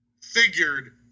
figured